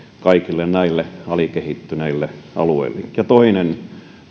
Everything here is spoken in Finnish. kaikille näille alikehittyneille alueille toinen